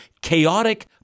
chaotic